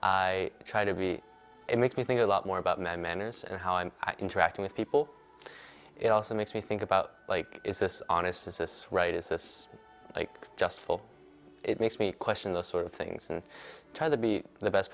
i try to be it makes me think a lot more about my manners and how i'm interacting with people it also makes me think about like is this honest is this right is this i just feel it makes me question the sort of things and try to be the best